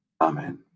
Amen